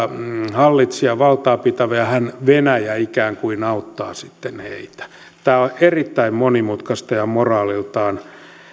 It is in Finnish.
hallitsija valtaapitävä ja venäjä ikään kuin auttaa sitten heitä tämä on erittäin monimutkaista ja moraaliltaan